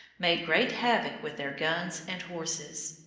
made great havoc with their guns and horses.